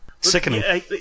sickening